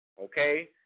okay